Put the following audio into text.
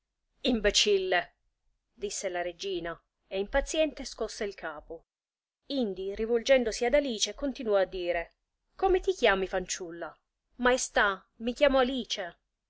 imbecille disse la regina e impaziente scosse il capo indi rivolgendosi ad alice continuò a dire come ti chiami fanciulla maestà mi chiamo alice